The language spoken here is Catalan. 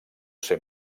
ser